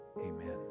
Amen